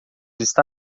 está